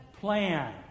plan